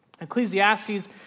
Ecclesiastes